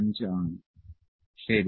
05 ആണ് ശരി